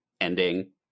ending